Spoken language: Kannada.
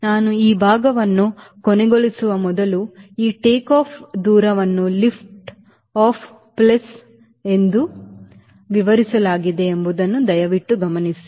ನಾನು ಈ ಭಾಗವನ್ನು ಕೊನೆಗೊಳಿಸುವ ಮೊದಲು ಈ ಟೇಕ್ ಆಫ್ ದೂರವನ್ನು ಲಿಫ್ಟ್ ಆಫ್ ಪ್ಲಸ್ ಎಂದು ವಿವರಿಸಲಾಗಿದೆ ಎಂಬುದನ್ನು ದಯವಿಟ್ಟು ಗಮನಿಸಿ